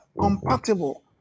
compatible